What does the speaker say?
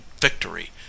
victory